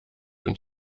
und